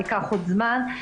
ייקח עוד זמן,